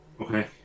Okay